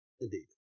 Indeed